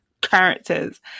characters